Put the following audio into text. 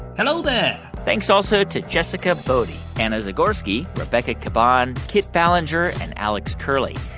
hello there thanks also to jessica boddy, anna zagorski, rebecca caban, kit ballenger and alex curley.